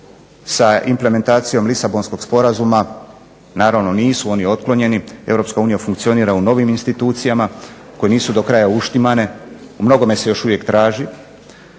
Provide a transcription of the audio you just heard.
sa implementacijom Lisabonskog sporazuma. Naravno nisu oni otklonjeni, Europska unija funkcionira u novim institucijama koje nisu do kraja uštimane, u mnogome se još uvijek traži.